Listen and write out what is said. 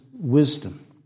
wisdom